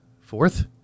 fourth